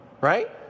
right